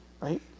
Right